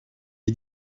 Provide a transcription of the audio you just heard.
est